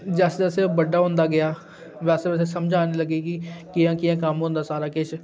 जैसे जैसे बड्डा होंदा गेआ वैसे वैसे समझ औन लगी कि कि'यां कि'यां कम्म होंदा सारा किश